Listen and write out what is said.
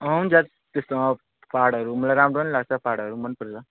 अँ हुन्छ त्यस्तोमा पाहाडहरू मलाई राम्रो नि लाग्छ पाहाडहरू मनपर्छ